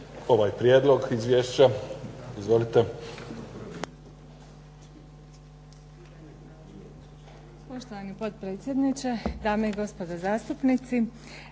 ovaj prijedlog izvješća? Izvolite. **Maletić, Ivana** Poštovani potpredsjedniče, dame i gospodo zastupnici.